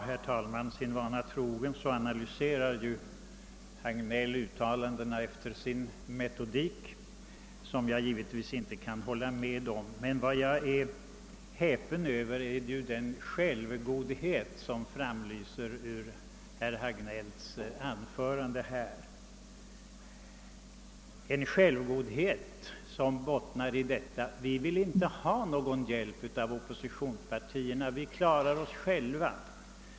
Herr talman! Sin vana trogen analyserar herr Hagnell uttalanden efter sin egen metodik, som jag givetvis inte kan hålla med om. Men jag är häpen över den självgodhet som lyste fram ur herr Hagnells anförande, en självgodhet som bottnar i inställningen: Vi vill inte ha någon hjälp av oppositionspartierna, vi klarar oss själva.